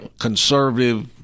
conservative